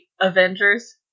Avengers